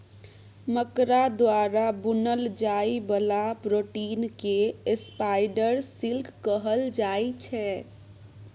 मकरा द्वारा बुनल जाइ बला प्रोटीन केँ स्पाइडर सिल्क कहल जाइ छै